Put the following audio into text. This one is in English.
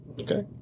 Okay